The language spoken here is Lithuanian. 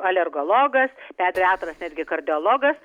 alergologas pediatras netgi kardiologas